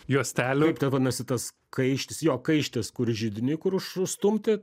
juostelių tai vadinasi tas kaištis jo kaištis kur židinį kur užstumti